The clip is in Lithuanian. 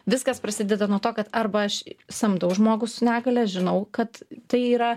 viskas prasideda nuo to kad arba aš samdau žmogų su negalia žinau kad tai yra